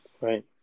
Right